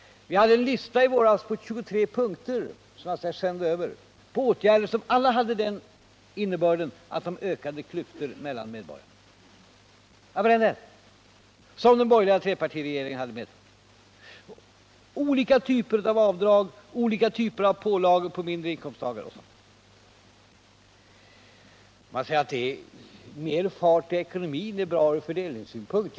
Vi utarbetade i våras en lista i 23 punkter — vilken jag skall sända över — omfattande åtgärder som alla hade den innebörden att de ökade klyftorna . mellan medborgarna och som trepartiregeringen hade medverkat till. Det gällde olika typer av avdrag, pålagor på mindre inkomsttagare osv. Man säger att större fart på ekonomin är bra ur fördelningssynpunkt.